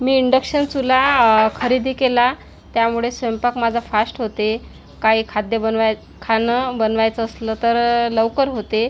मी induction चुला खरेदी केला त्यामुळे स्वयंपाक माझा फास्ट होते काई खाद्य बनवाय खाणं बनवायचं असलं तर लवकर होते